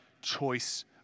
choice